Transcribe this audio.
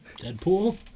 Deadpool